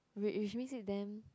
wh~ which makes it damn